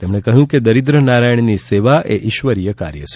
તેમણે કહ્યું કે દરિદ્રનારાયણની સેવા એ ઈશ્વરીય કાર્ય છે